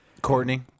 Courtney